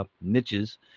niches